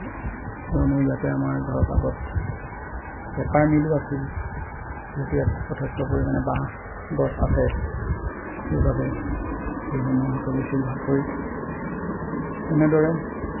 কিয়নো ইয়াতে আমাৰ ধৰ আগত পেপাৰ মিলো আছিল যিহেতু ইয়াত যথেষ্ট পৰিমাণে বাঁহ গছ আছে সেইবাবে সেইসমূহো চলিছিল ভালকৈ তেনেদৰে